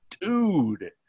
dude